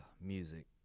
music